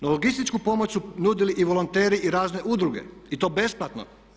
No logističku pomoć su nudili i volonteri i razne udruge i to besplatno.